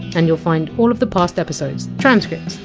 and you! ll find all of the past episodes, transcripts,